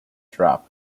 drop